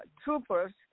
Troopers